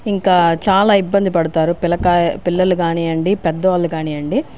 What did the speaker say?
ఇంకా చాలా ఇబ్బంది పడుతారు పిలకా పిల్లలు కానివ్వండి పెద్దవాళ్ళు కానివ్వండి